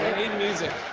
music.